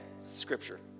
scripture